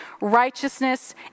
righteousness